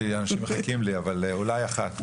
אנשים מחכים לי, אולי אחת.